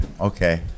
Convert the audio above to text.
okay